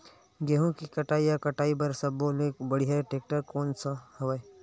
गेहूं के कटाई या कटाई बर सब्बो ले बढ़िया टेक्टर कोन सा हवय?